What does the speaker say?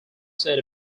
said